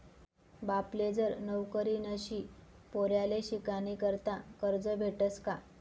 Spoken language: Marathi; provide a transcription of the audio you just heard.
बापले जर नवकरी नशी तधय पोर्याले शिकानीकरता करजं भेटस का?